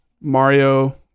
Mario